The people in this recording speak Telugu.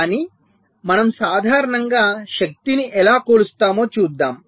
కానీ మనం సాధారణంగా శక్తిని ఎలా కొలుస్తామో చూద్దాం